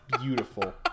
beautiful